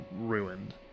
ruined